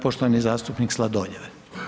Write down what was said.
Poštovani zastupnik Sladoljev.